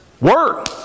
Work